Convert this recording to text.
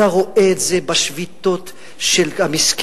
אתה רואה את זה בשביתות של המסכנים,